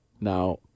Now